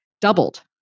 doubled